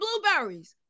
blueberries